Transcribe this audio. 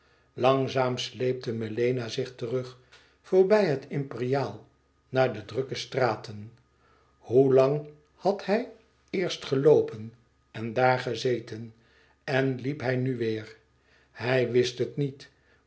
langzaam sleepte melena zich terug voorbij het imperiaal naar de drukke straten hoe lang had hij eerst geloopen en daar gezeten en liep hij nu weêr hij wist het niet